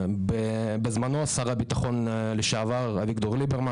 בזמנו שר הביטחון לשעבר אביגדור ליברמן